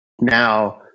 now